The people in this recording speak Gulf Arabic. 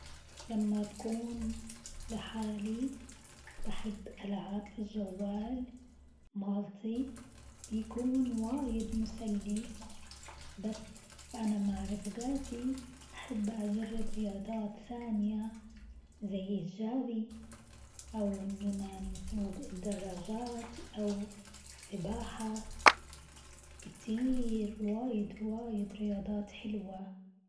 لما بكون لحالي بحب ألعب في الجوال مالتي بيكون واجد مسلي، بس وأنا مع رفقاتي أحب أجرب رياضات ثانية زي الجري أو أننا نسوق الدراجات أو السباحة كتير واجد واجد رياضات حلوة.